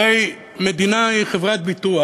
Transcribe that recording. הרי מדינה היא חברת ביטוח,